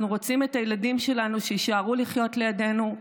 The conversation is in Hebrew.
אנחנו רוצים שהילדים שלנו יישארו לחיות לידנו,